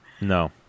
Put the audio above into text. No